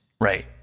right